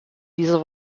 dieser